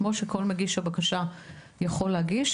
כמו שכל מגיש בקשה יכול להגיש,